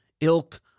ilk